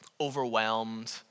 overwhelmed